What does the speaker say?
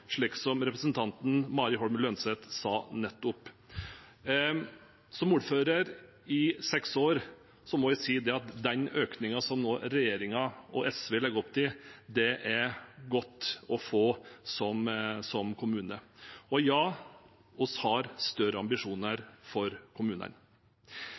slik representanten Mari Holm Lønseth sa nettopp. Som ordfører i seks år må jeg si at den økningen som regjeringen og SV nå legger opp til, er det godt å få som kommune. Og ja, vi har større